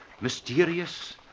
mysterious